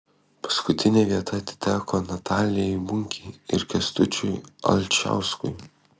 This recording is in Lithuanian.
paskutinė vieta atiteko natalijai bunkei ir kęstučiui alčauskui